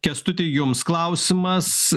kęstuti jums klausimas